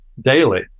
daily